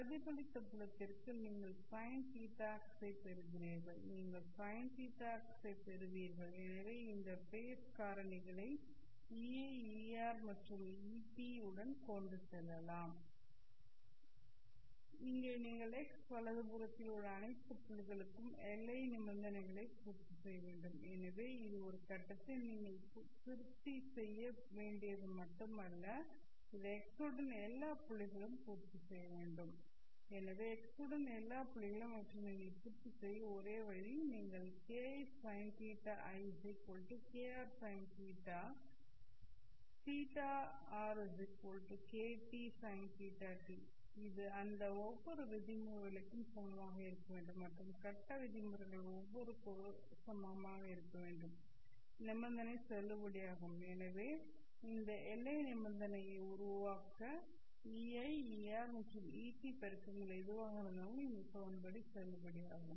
பிரதிபலித்த புலத்திற்கு நீங்கள் Sin θix ஐப் பெறுவீர்கள் நீங்கள் Sin θtx ஐப் பெறுவீர்கள் எனவே இந்த ஃபேஸ் காரணிகளை Ei Er மற்றும் Et உடன் கொண்டு செல்லலாம் இங்கே நீங்கள் x வலதுபுறத்தில் உள்ள அனைத்து புள்ளிகளுக்கும் எல்லை நிபந்தனைகளை பூர்த்தி செய்ய வேண்டும் எனவே இது ஒரு கட்டத்தில் நீங்கள் திருப்தி செய்ய வேண்டியது மட்டுமல்ல இதை x உடன் எல்லா புள்ளிகளிலும் பூர்த்தி செய்ய வேண்டும் எனவே x உடன் எல்லா புள்ளிகளிலும் அவற்றை நீங்கள் பூர்த்தி செய்ய ஒரே வழி நீங்கள் ki Sin θikr Sin θrkt Sin θt இது அந்த ஒவ்வொரு விதிமுறைகளுக்கும் சமமாக இருக்க வேண்டும் மற்றும் கட்ட விதிமுறைகள் ஒருவருக்கொருவர் சமமாக இருக்க வேண்டும் நிபந்தனை செல்லுபடியாகும் எனவே இந்த எல்லை நிபந்தனையை உருவாக்க Ei Er மற்றும் Et பெருக்கங்கள் எதுவாக இருந்தாலும் இந்த சமன்பாடு செல்லுபடியாகும்